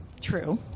true